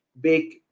big